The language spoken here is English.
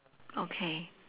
okay